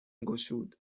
گشود